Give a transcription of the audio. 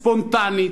ספונטנית,